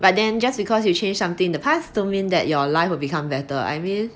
but then just because you change something the past to mean that your life will become better [what] I mean